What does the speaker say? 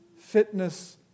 fitness